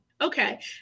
Okay